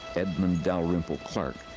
edmund dalrymple clark,